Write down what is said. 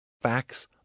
Facts